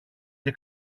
και